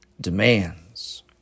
demands